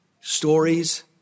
Stories